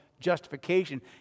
justification